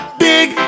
big